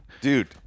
Dude